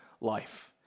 life